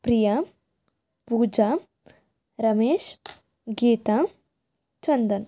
Priya Pooja Ramesh Geeta Chandan